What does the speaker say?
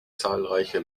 zahlreiche